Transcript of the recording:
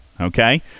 okay